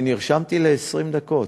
אני נרשמתי ל-20 דקות.